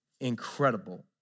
incredible